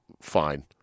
fine